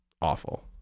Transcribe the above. awful